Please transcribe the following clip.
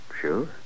Sure